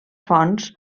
fonts